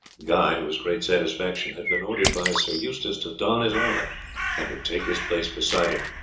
guy, to his great satisfaction, had been ordered by sir eustace to don his armour and to take his place beside him.